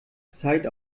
zeit